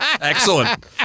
Excellent